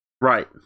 Right